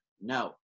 No